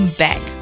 back